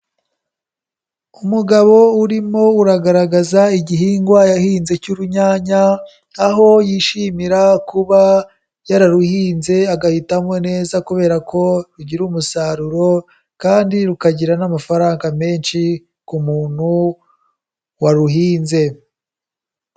Umugabo urimo uragaragaza igihingwa yahinze cy'urunyanya, aho yishimira kuba yararuhinze, agahitamo neza kubera ko rugira umusaruro kandi rukagira n'amafaranga menshi ku muntu waruhinze.